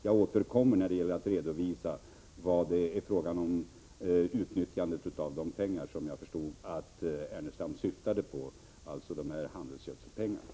Jag återkommer när det gäller frågan om utnyttjandet av handelsgödselpengarna, som jag förstod att Lars Ernestam syftade på.